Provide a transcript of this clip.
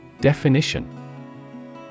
Definition